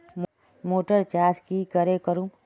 Motor चास की करे करूम?